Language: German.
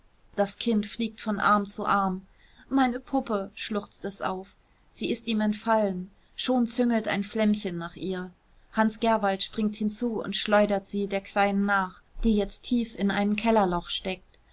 das kind fliegt von arm zu arm meine puppe schluchzt es auf sie ist ihm entfallen schon züngelt ein flämmchen nach ihr hans gerwald springt hinzu und schleudert sie der kleinen nach die jetzt tief in einem kellerloch steckt